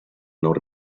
non